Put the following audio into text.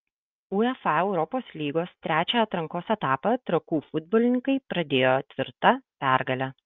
uefa europos lygos trečią atrankos etapą trakų futbolininkai pradėjo tvirta pergale